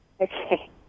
okay